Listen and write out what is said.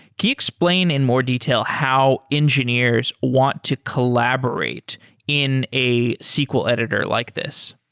can you explain in more detail how engineers want to collaborate in a sql editor like this?